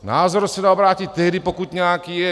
Názor se dá obrátit tehdy, pokud nějaký je.